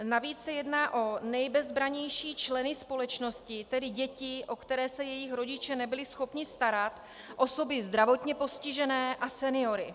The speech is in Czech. Navíc se jedná o nejbezbrannější členy společnosti, tedy děti, o které se jejich rodiče nebyli schopni starat, osoby zdravotně postižené a seniory.